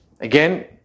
Again